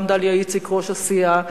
גם דליה איציק ראש הסיעה,